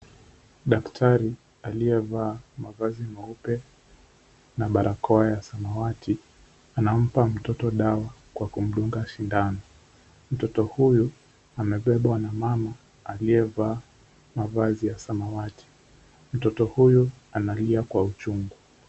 Daktari aliyevaa mavazi meupe na barakoa ya samawati anampa mtoto dawa kwa kumdunga sindano. Mtoto huyu amebebwa na mama aliyevaa mavazi ya samawati. Mtoto huyu analia kwa uchungu.